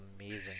amazing